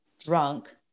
drunk